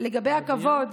לגבי הכבוד,